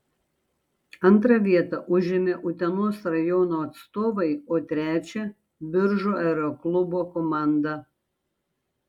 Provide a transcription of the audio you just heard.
antrą vietą užėmė utenos rajono atstovai o trečią biržų aeroklubo komanda